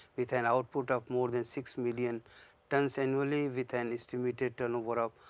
with an output of more than six million tons, annually with an estimated turnover of